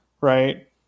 right